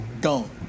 gone